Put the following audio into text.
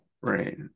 right